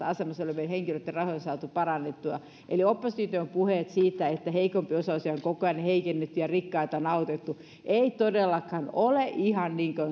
asemassa olevien henkilöitten rahoja saatu parannettua eli opposition puheet siitä että heikompiosaisia on koko ajan heikennetty ja rikkaita on autettu eivät todellakaan ole ihan niin kuin